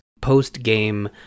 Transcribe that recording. post-game